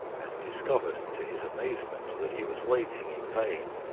and discovered, to his amazement, that he was waiting in vain.